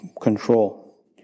control